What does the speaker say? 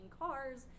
cars